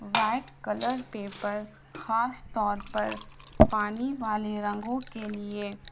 white colour paper خاص طور پر پانی والے رنگوں کے لیے